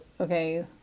okay